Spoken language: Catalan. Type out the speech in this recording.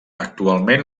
actualment